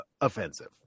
offensive